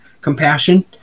compassion